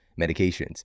medications